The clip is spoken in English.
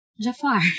Jafar